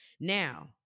Now